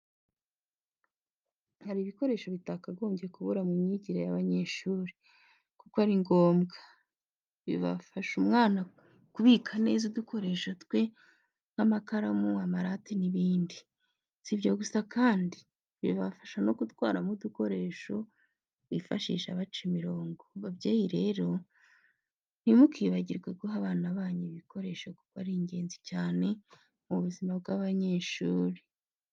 Hari ibikoresho bitakagombye kubura mu myigire y'abanyeshuri, kuko ari ngombwa, bifasha umwana kubika neza udukoresho twe nk'amakaramu, amarate n'ibindi. Si ibyo gusa kandi bibafasha no gutwaramo udukoresho bifashisha baca imirongo. Babyeyi rero ntimukibagirwe guha abana banyu ibi bikoresho kuko ari ingenzi cyane mu buzima bw'abanyeshuri.